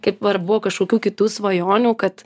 kaip va ir buvo kažkokių kitų svajonių kad